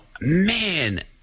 man